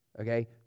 Okay